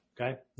Okay